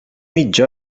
mitja